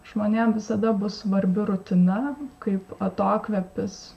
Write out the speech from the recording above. žmonėm visada bus svarbi rutina kaip atokvėpis